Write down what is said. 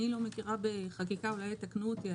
אני לא מכירה בחקיקה, ואולי יתקנו אותי,